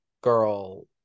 girl